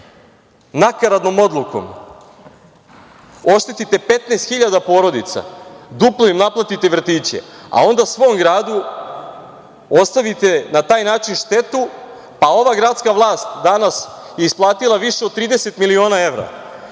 nakaradnom odlukom oštetite 15 hiljada porodica, duplo im naplatite vrtiće, a onda svom gradu ostavite na taj način štetu, pa je ova gradska vlast danas isplatila više od 30 miliona evra